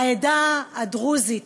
העדה הדרוזית,